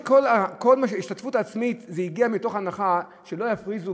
כל ההשתתפות העצמית הגיעה מתוך הנחה שלא יפריזו